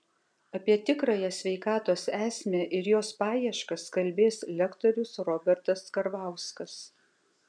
apie tikrąją sveikatos esmę ir jos paieškas kalbės lektorius robertas karvauskas